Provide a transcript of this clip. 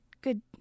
Good